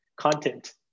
content